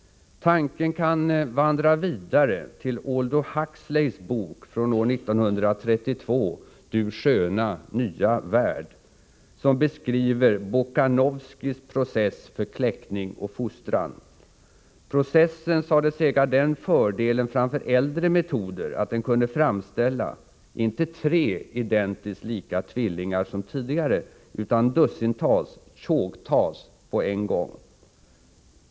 Tanken kan vandra vidare till Aldous Huxleys bok från 1932, ”Du sköna nya värld”, som beskriver Bokanovskys process för kläckning och fostran. Processen sades äga den fördelen framför äldre metoder att den kunde framställa, inte tre identiskt lika tvillingar som tidigare utan dussintals, tjogtals på en gång.